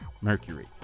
Mercury